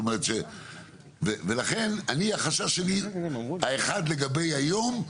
לכן החשש שלי הוא לגבי היום.